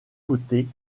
côtés